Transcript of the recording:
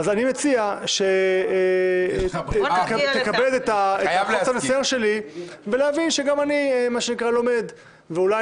אז אני מציע שתכבד את הסדר שלי ולהבין שגם אני לומד ואולי